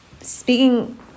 Speaking